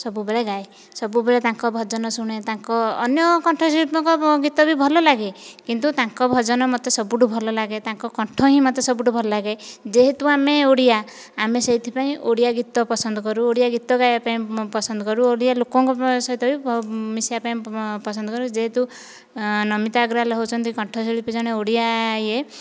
ସବୁବେଳେ ଗାଏ ସବୁବେଳେ ତାଙ୍କ ଭଜନ ଶୁଣେ ତାଙ୍କ ଅନ୍ୟ କଣ୍ଠଶିଳ୍ପୀଙ୍କ ଗୀତ ବି ଭଲ ଲାଗେ କିନ୍ତୁ ତାଙ୍କ ଭଜନ ମୋତେ ସବୁଠାରୁ ଭଲ ଲାଗେ ତାଙ୍କ କଣ୍ଠ ହିଁ ମୋତେ ସବୁଠାରୁ ଭଲ ଲାଗେ ଯାହେତୁ ଆମେ ଓଡ଼ିଆ ଆମେ ସେଥିପାଇଁ ଓଡ଼ିଆ ଗୀତ ପସନ୍ଦ କରୁ ଓଡ଼ିଆ ଗୀତ ଗାଇବା ପାଇଁ ପସନ୍ଦ କରୁ ଓଡ଼ିଆ ଲୋକଙ୍କ ସହିତ ବି ମିଶିବା ପାଇଁ ପସନ୍ଦ କରୁ ଯେହେତୁ ନମିତା ଅଗ୍ରୱାଲ ହେଉଛନ୍ତି ଜଣେ କଣ୍ଠଶିଳ୍ପୀ ଜଣେ ଓଡ଼ିଆ ୟେ